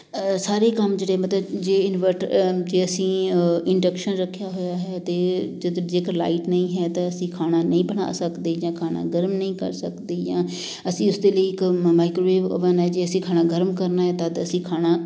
ਸਾਰੇ ਕੰਮ ਜਿਹੜੇ ਮਤਲਬ ਜੇ ਇਨਵਰਟ ਜੇ ਅਸੀਂ ਇੰਡਕਸ਼ਨ ਰੱਖਿਆ ਹੋਇਆ ਹੈ ਅਤੇ ਜਦ ਜੇਕਰ ਲਾਈਟ ਨਹੀਂ ਹੈ ਤਾਂ ਅਸੀਂ ਖਾਣਾ ਨਹੀਂ ਬਣਾ ਸਕਦੇ ਜਾਂ ਖਾਣਾ ਗਰਮ ਨਹੀਂ ਕਰ ਸਕਦੇ ਜਾਂ ਅਸੀਂ ਉਸਦੇ ਲਈ ਇੱਕ ਮਾਈਕ੍ਰੋਵੇਵ ਓਵਨ ਹੈ ਜੇ ਅਸੀਂ ਖਾਣਾ ਗਰਮ ਕਰਨਾ ਤਦ ਅਸੀਂ ਖਾਣਾ